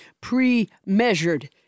pre-measured